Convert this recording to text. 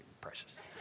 precious